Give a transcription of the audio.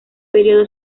período